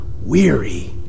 weary